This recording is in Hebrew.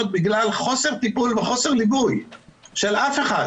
בגלל חוסר טיפול וחוסר ליווי של אף אחד.